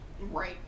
Right